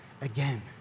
again